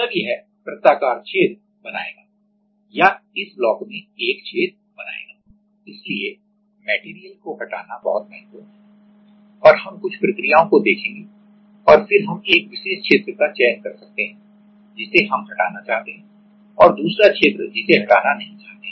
तब यह एक वृत्ताकार छेद बनाएगा या इस ब्लॉक में एक छेद बनाएगा इसलिए मेटेरियल को हटाना बहुत महत्वपूर्ण है और हम कुछ प्रक्रियाओं को देखेंगे और फिर हम एक विशेष क्षेत्र का चयन कर सकते हैं जिसे हम हटाना चाहते हैं और दूसरा क्षेत्र जिसे हटाना नहीं चाहते हैं